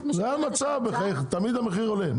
זה המצב, תמיד המחיר עולה.